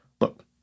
Look